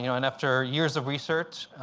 you know and after years of research,